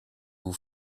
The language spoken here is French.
vous